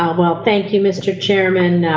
um well thank you mr. chairman,